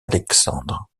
alexandre